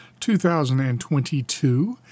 2022